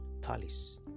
palace